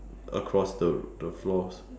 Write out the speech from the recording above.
across the the floors